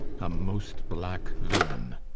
a most black villain!